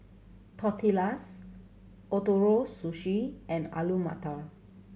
Tortillas Ootoro Sushi and Alu Matar